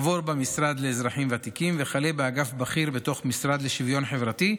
עבור במשרד לאזרחים ותיקים וכלה באגף בכיר בתוך המשרד לשוויון חברתי,